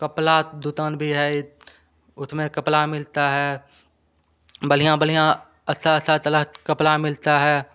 कपड़े का दुकान भी है इत उसमें कपड़ा मिलता है बढ़िया बढ़िया अच्छा अच्छा तरह का का कपड़ा मिलता है